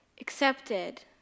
accepted